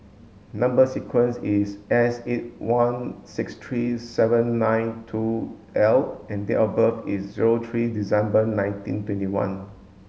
number sequence is S eight one six three seven nine two L and date of birth is zero three December nineteen twenty one